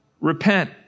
repent